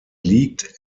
liegt